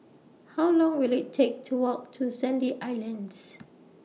How Long Will IT Take to Walk to Sandy Islands